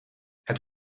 het